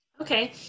Okay